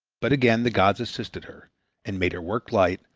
but again the gods assisted her and made her work light,